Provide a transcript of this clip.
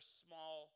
small